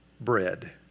Bread